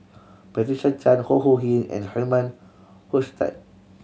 Patricia Chan Ho Ho Ying and Herman Hochstadt